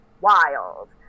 wild